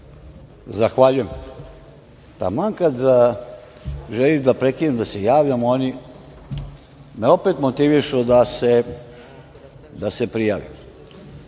Zahvaljujem. Taman kada želim da prekinem da se javljam, oni me opet motivišem da se prijavim. Dame